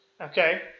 Okay